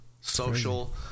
Social